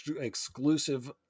exclusive